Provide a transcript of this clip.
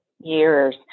years